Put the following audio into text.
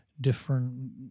different